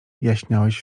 jaśniałeś